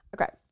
Okay